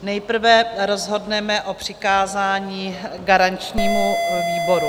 Nejprve rozhodneme o přikázání garančnímu výboru.